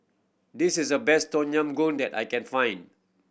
this is a best Tom Yam Goong that I can find